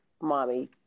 mommy